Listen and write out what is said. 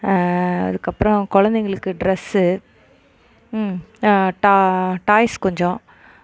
அதுக்கு அப்பறம் குழந்தைங்களுக்கு ட்ரெஸ்ஸு டா டாய்ஸ் கொஞ்சம்